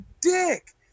dick